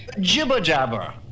Jibber-jabber